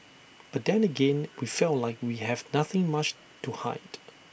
but then again we felt like we have nothing much to hide